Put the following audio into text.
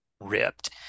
ripped